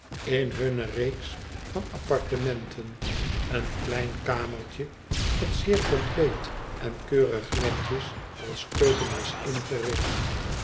in hanne reeks van appartementen een klein kamertje dat zeer compleet en keurig netjes als keuken was ingericht